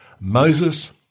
Moses